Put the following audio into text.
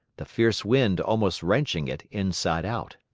the fierce wind almost wrenching it inside out.